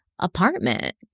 apartment